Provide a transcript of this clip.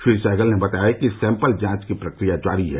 श्री सहगल ने बताया कि सैम्पल जांच की प्रक्रिया जारी है